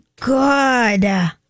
good